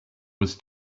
was